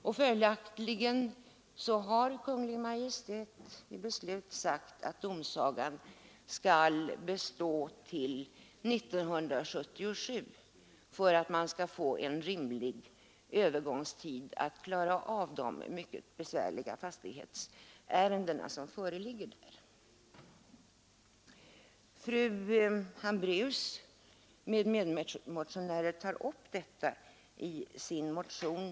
Därför har Kungl. Maj:t beslutat att tingsrätten skall bestå till 1977, så att man får en rimlig övergångstid för att klara av de mycket besvärliga fastighetsärendena. Fru Hambraeus och hennes medmotionärer tar upp detta i sin motion.